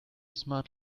smart